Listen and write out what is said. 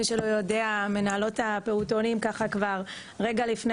מי שלא יודע מנהלות הפעוטונים ככה כבר רגע לפני